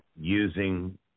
using